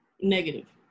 negative